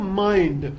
mind